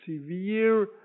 severe